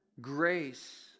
grace